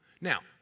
Now